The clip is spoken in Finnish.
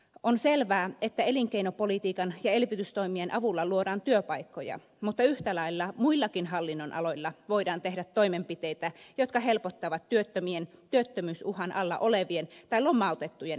on selvää että elinkeinopolitiikan ja elvytystoimien avulla luodaan työpaikkoja mutta yhtä lailla muillakin hallinnonaloilla voidaan tehdä toimenpiteitä jotka helpottavat työttömien työttömyysuhan alla olevien tai lomautettujen elämää